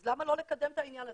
אז למה לא לקדם את העניין הזה.